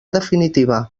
definitiva